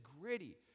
gritty